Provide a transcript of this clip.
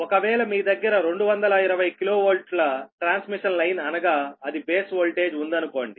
ఒకవేళ మీ దగ్గర 220 kV ట్రాన్స్మిషన్ లైన్ అనగా అది బేస్ వోల్టేజ్ ఉందనుకోండి